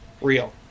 Real